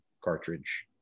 cartridge